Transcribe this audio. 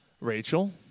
Rachel